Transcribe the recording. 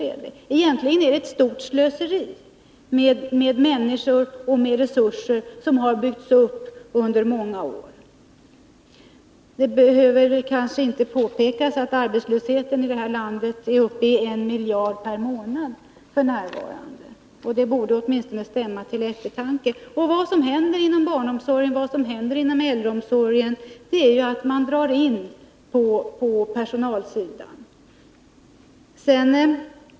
Egentligen är det ett stort slöseri med människor och resurser som har byggts upp under många år. Det behöver kanske inte påpekas att arbetslösheten i detta land f. n. kostar en miljard per månad. Det borde stämma till eftertanke. Vad som nu händer inom barnomsorgen och äldreomsorgen är att man drar in på personalsidan.